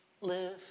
live